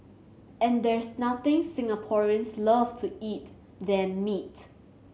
and there's nothing Singaporeans love to eat than meat